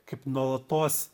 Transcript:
kaip nuolatos